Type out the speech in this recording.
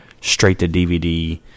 straight-to-DVD